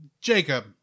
Jacob